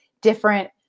different